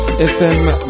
FM